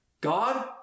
God